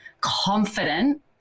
confident